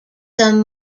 some